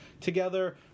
together